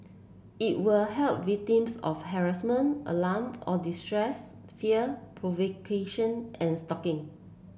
it will help victims of harassment alarm or distress fear provocation and stalking